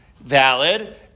valid